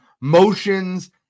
motions